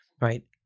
right